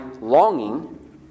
longing